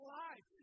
life